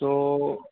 تو